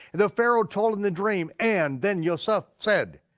the pharaoh told him the dream, and then yoseph said,